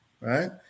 right